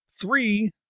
three